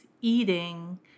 eating